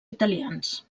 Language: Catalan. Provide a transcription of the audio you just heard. italians